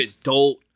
adult